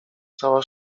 cała